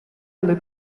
alle